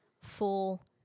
full